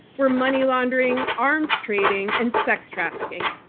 were money laundering, arms trading and sex trafficking.